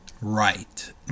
right